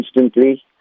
instantly